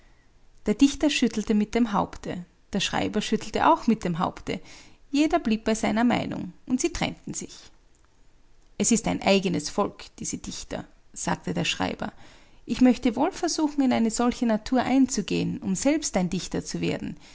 der dichter schüttelte mit dem haupte der schreiber schüttelte auch mit dem haupte jeder blieb bei seiner meinung und sie trennten sich es ist ein eigenes volk diese dichter sagte der schreiber ich möchte wohl versuchen in eine solche natur einzugehen um selbst ein dichter zu werden